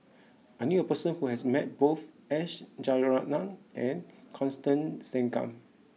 I knew a person who has met both S Rajaratnam and Constance Singam